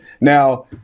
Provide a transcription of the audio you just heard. Now